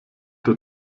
der